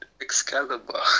Excalibur